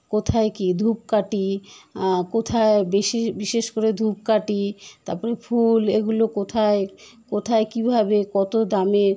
কোথায় কী ধূপকাঠি কোথায় বেশি বিশেষ করে ধূপকাঠি তার পরে ফুল এগুলো কোথায় কোথায় কীভাবে কত দামে